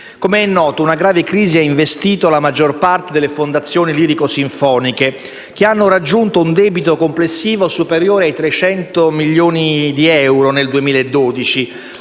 Com'è noto, una grave crisi ha investito la maggiore parte delle fondazioni lirico-sinfoniche, che hanno raggiunto un debito complessivo superiore a 300 milioni di euro nel 2012,